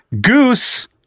goose